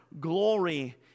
glory